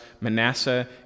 Manasseh